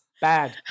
bad